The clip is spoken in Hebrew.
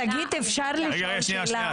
שגית, אפשר לשאול שאלה?